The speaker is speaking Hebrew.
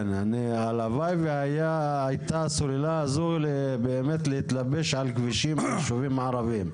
הלוואי והייתה הסוללה הזו באמת להתלבש על כבישים חשובים ערבים.